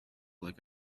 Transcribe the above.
like